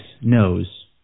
knows